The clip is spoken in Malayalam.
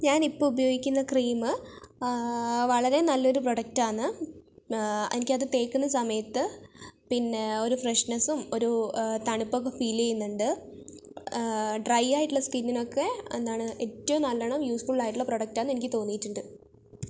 ഞാനിപ്പോൾ ഉപയോഗിക്കുന്ന ക്രീമ് വളരെ നല്ലൊരു പ്രൊഡക്ട് ആണ് എനിക്കത് തേക്കുന്ന സമയത്ത് പിന്നെ ഒരു ഫ്രഷ്നെസ്സും ഒരു തണുപ്പൊക്കെ ഫിൽ ചെയ്യുന്നുണ്ട് ഡ്രൈ ആയിട്ടുള്ള സ്കിന്നിനൊക്കെ എന്താണ് ഏറ്റവും നല്ലോണം യൂസ്ഫുൾ ആയിട്ടുള്ള പ്രൊഡക്ട് ആണ് എനിക്ക് തോന്നിയിട്ടുണ്ട്